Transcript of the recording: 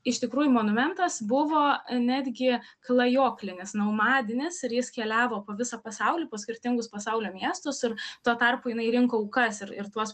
iš tikrųjų monumentas buvo netgi klajoklinis naumadinis ir jis keliavo po visą pasaulį po skirtingus pasaulio miestus ir tuo tarpu jinai rinko aukas ir ir tuos